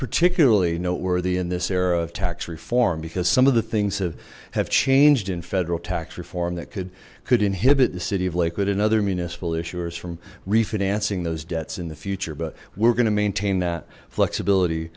particularly noteworthy in this era of tax reform because some of the things have have changed in federal tax reform that could could inhibit the city of lakewood and other municipal issuers from refinancing those debts in the future but we're going to maintain that flexibility